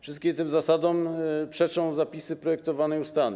Wszystkim tym zasadom przeczą zapisy projektowanej ustawy.